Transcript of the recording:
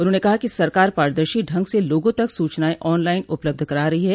उन्होंने कहा कि सरकार पारदर्शी ढंग से लोगों तक सूचनाएं ऑन लाइन उपलब्ध करा रही है